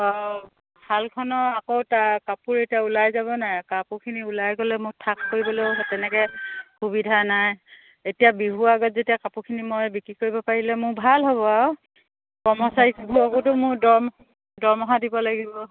অঁ শালখনৰ আকৌ কাপোৰ এতিয়া ওলাই যাব নাই কাপোৰখিনি ওলাই গ'লে মোৰ থাক কৰিবলৈও তেনেকে সুবিধা নাই এতিয়া বিহুৰ আগত যেতিয়া কাপোৰখিনি মই বিক্ৰী কৰিব পাৰিলে মোৰ ভাল হ'ব আৰু কৰ্মচাৰীসকলকো মোৰ দৰমহা দিব লাগিব